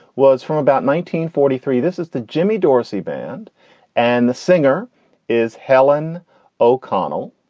was from about nineteen forty three. this is the jimmy dorsey band and the singer is helen o'connell.